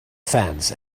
fence